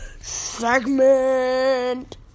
segment